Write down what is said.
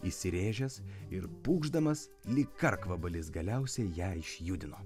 įsirėžęs ir pūkšdamas lyg karkvabalis galiausiai ją išjudino